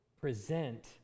present